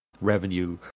revenue